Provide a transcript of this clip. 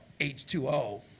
H2O